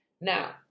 Now